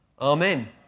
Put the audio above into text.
Amen